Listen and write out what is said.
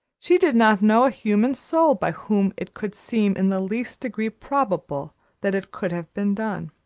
she did not know a human soul by whom it could seem in the least degree probable that it could have been done.